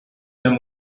them